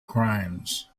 crimes